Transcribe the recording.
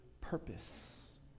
purpose